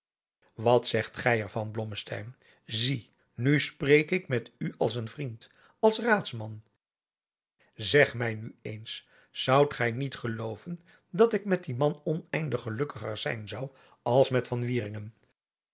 wat zegt gij er van blommesteyn zie nu spreek ik met u als vriend als raadsman zeg mij nu eens zoudt gij niet gelooven dat ik met dien man oneindig gelukkiger zijn zou als met